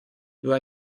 due